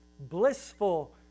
blissful